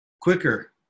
quicker